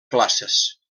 classes